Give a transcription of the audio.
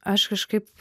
aš kažkaip